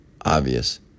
obvious